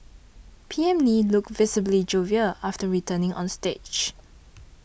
P M Lee looked visibly jovial after returning on stage